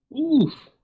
Oof